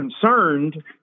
concerned